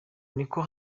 niko